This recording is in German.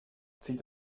zieht